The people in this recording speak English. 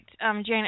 Janet